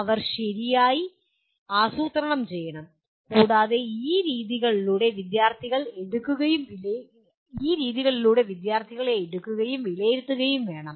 അവർ അത് ശരിയായി ആസൂത്രണം ചെയ്യണം കൂടാതെ ഈ രീതികളിലൂടെ വിദ്യാർത്ഥികളെ എടുക്കുകയും വിലയിരുത്തുകയും വേണം